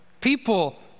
people